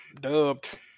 dubbed